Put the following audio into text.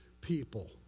People